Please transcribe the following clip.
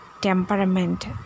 temperament